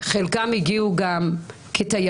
חלקם הגיעו כתיירים.